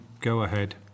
go-ahead